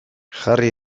jarri